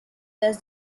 does